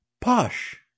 posh